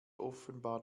offenbar